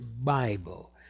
bible